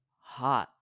hot